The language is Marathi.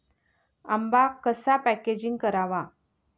आंबा कसा पॅकेजिंग करावा?